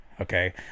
Okay